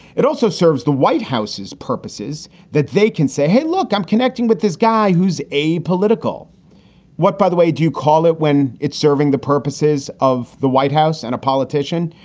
it also serves the white house's purposes that they can say, hey, look, i'm connecting with this guy who's a political what, by the way, do you call it when it's serving the purposes of the white house and a politician,